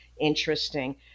interesting